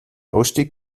ausstieg